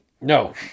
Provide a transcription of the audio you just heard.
No